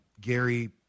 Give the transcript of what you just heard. Gary